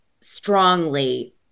strongly